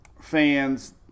fans